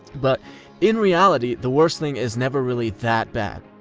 but in reality, the worst thing is never really that bad.